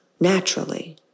naturally